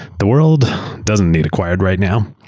the world doesn't need acquired right now.